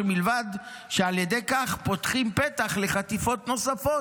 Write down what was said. על ידי כך פותחים פתח לחטיפות נוספות"